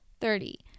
Thirty